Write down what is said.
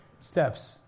steps